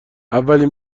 اولین